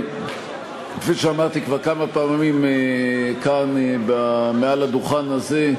כפי שאמרתי כבר כמה פעמים כאן מעל הדוכן הזה,